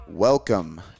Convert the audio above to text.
Welcome